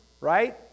right